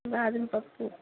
బాదం పప్పు